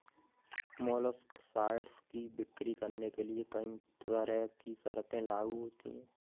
molluscicides की बिक्री करने के लिए कहीं तरह की शर्तें लागू होती है